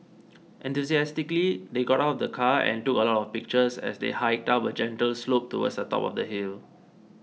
enthusiastically they got out of the car and took a lot of pictures as they hiked up a gentle slope towards the top of the hill